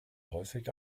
häufig